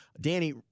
Danny